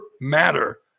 matter